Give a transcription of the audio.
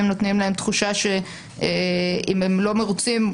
נותנים להם תחושה שאם הם לא מרוצים,